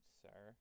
sir